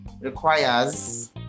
requires